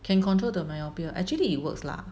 can control the myopia actually it works lah